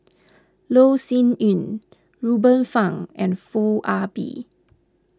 Loh Sin Yun Ruben Fun and Foo Ah Bee